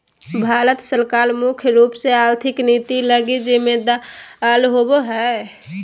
भारत सरकार मुख्य रूप से आर्थिक नीति लगी जिम्मेदर होबो हइ